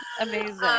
Amazing